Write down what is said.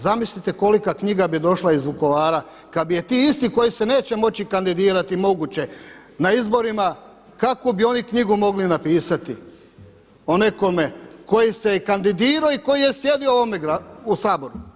Zamislite kolika knjiga bi došla iz Vukovara kada bi ti isti koji se neće moći kandidirati moguće na izborima, kavu bi oni knjigu mogli napisati o nekome koji se je kandidirao i koji je sjedio u Saboru.